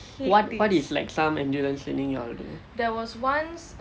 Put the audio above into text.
what what is like some endurance training you all do